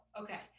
Okay